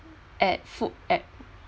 at food at